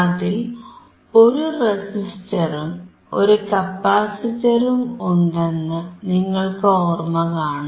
അതിൽ ഒരു റെസിസ്റ്ററും ഒരു കപ്പാസിറ്ററും ഉണ്ടെന്ന് നിങ്ങൾക്ക് ഓർമകാണും